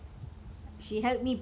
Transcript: ya ya